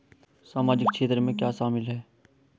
सामाजिक क्षेत्र में क्या शामिल है?